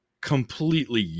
completely